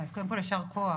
אז קודם כל יישר כוח.